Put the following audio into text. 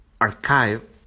archive